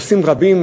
נושאים רבים,